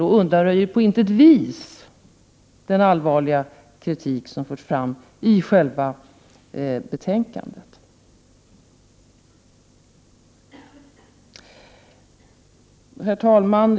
Det undanröjer på intet vis den allvarliga kritik som förts fram i själva betänkandet. Herr talman!